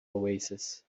oasis